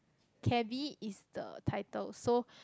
Cabbie is the title so